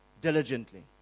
diligently